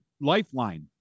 lifeline